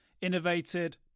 Innovated